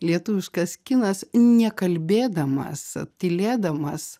lietuviškas kinas nekalbėdamas tylėdamas